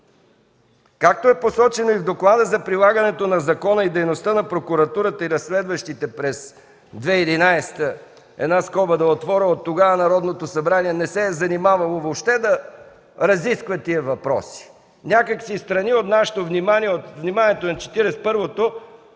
Както е посочено и в Доклада за прилагането на закона и дейността на прокуратурата и разследващите през 2011 г. – да отворя една скоба, оттогава Народното събрание не се е занимавало въобще да разисква тези въпроси. Някак си встрани от вниманието на Четиридесет